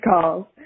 calls